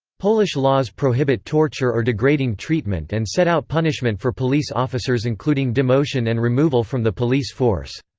polish laws prohibit torture or degrading treatment and set out punishment for police officers including demotion and removal from the police force.